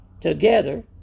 together